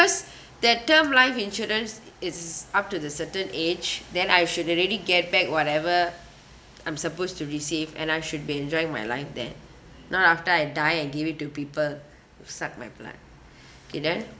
because that term life insurance is up to the certain age then I should already get back whatever I'm supposed to receive and I should be enjoying my life then not after I die and give it to people suck my blood kay done